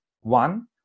One